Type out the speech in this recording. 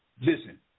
Listen